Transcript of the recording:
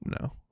No